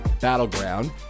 Battleground